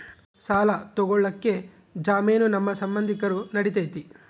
ಸಾಲ ತೊಗೋಳಕ್ಕೆ ಜಾಮೇನು ನಮ್ಮ ಸಂಬಂಧಿಕರು ನಡಿತೈತಿ?